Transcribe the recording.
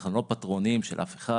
אנחנו לא פטרונים של אף אחד,